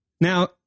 Now